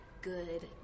good